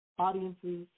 audiences